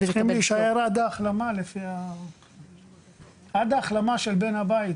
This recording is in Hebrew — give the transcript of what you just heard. הם צריכים להישאר עד ההחלמה של בן הבית